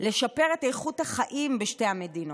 לשפר את איכות החיים בשתי המדינות.